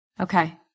Okay